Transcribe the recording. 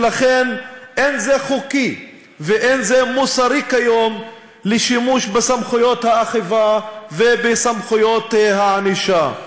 ולכן לא חוקי ולא מוסרי כיום השימוש בסמכויות האכיפה ובסמכויות הענישה.